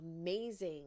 amazing